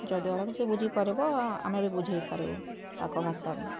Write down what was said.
ଯଦ୍ଵାରା କି ସେ ବୁଝିପାରିବ ଆମ ବି ବୁଝାଇ ପାରିବୁ ତାଙ୍କ ଭାଷାରେ